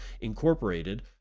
incorporated